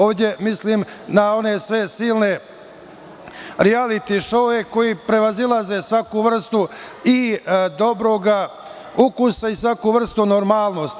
Ovde mislim na one sve silne rijaliti šoue koji prevazilaze svaku vrstu i dobrog ukusa i svaku vrstu normalnosti.